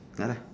ya lah